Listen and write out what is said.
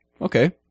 okay